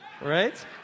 right